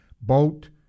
Boat